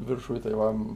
viršuj tai vam